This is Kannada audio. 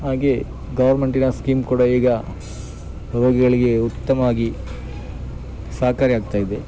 ಹಾಗೆಯೇ ಗೌರ್ಮೆಂಟಿನ ಸ್ಕೀಮ್ ಕೂಡ ಈಗ ರೋಗಿಗಳಿಗೆ ಉತ್ತಮ ಆಗಿ ಸಹಕಾರಿ ಆಗ್ತಾಯಿದೆ